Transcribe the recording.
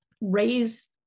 raise